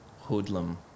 hoodlum